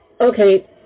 okay